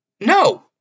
No